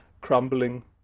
crumbling